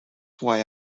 why